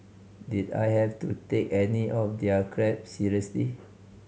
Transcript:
did I have to take any of their crap seriously